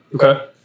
Okay